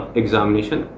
examination